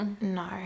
no